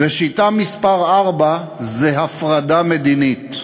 ושיטה מס' 4, הפרדה מדינית.